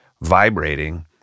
vibrating